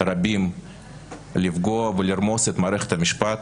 רבים לפגוע ולרמוס את מערכת המשפט,